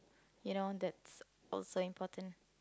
you know that's also important